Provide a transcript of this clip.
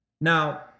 Now